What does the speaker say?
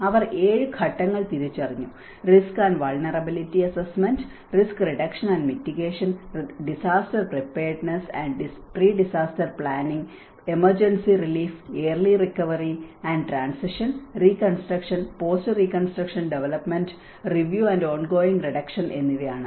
അവർ 7 ഘട്ടങ്ങൾ തിരിച്ചറിഞ്ഞു risk and vulnerability assessment risk reduction and mitigation disaster preparedness and pre disaster planning emergency relief early recovery and transition reconstruction post reconstruction development review and ongoing reduction എന്നിവയാണ് അവ